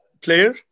player